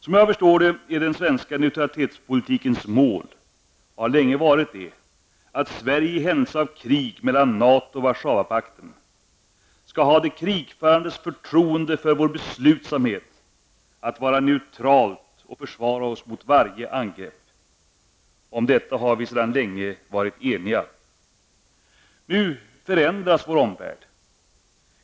Som jag förstår det, är den svenska neutralitetspolitikens mål, och har länge varit det, att Sverige i händelse av krig mellan NATO och Warszawapakten skall ha de krigförandes förtroende för vår beslutsamhet att vara neutrala och försvara oss mot varje angrepp. Om detta har vi sedan länge varit eniga. Nu förändras vår omvärld.